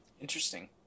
Interesting